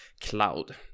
cloud